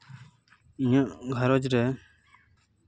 ᱤᱧᱟᱹᱜ ᱜᱷᱟᱨᱚᱸᱧᱡᱽ ᱨᱮ